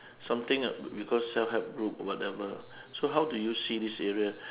something like we call self-help group or whatever so how do you see this area